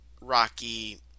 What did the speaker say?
Rocky